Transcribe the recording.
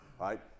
right